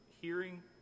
hearing